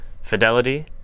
Fidelity